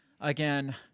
again